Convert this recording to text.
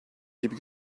gibi